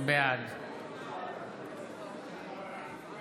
בעד